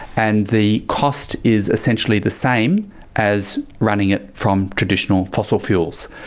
and the cost is essentially the same as running it from traditional fossil fuels.